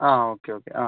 അ okay okay അ